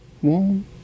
one